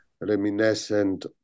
reminiscent